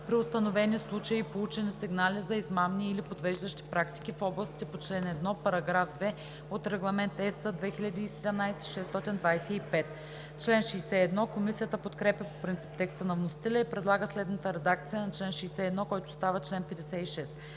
при установени случаи и получени сигнали за измамни или подвеждащи практики в областите по чл. 1, параграф 2 от Регламент (ЕС) 2017/625.“ Комисията подкрепя по принцип текста на вносителя и предлага следната редакция на чл. 61, който става чл. 56: